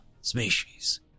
species